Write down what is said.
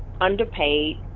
underpaid